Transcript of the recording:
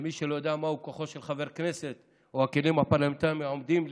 מי שלא יודע מהו כוחו של חבר כנסת או הכלים הפרלמנטריים העומדים לרשותו,